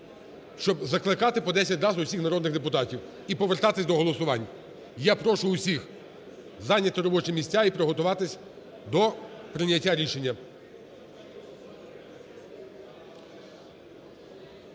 щоб закликати по десять раз усіх народних депутатів і повертатись до голосувань. Я прошу усіх зайняти робочі місця і приготуватися до прийняття рішення.